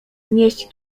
znieść